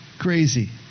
Crazy